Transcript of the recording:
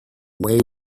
way